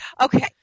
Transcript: Okay